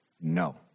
No